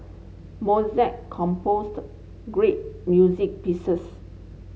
Mozart composed great music pieces